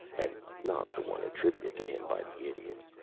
and not the one attributed to him by the idiot.